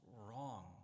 wrong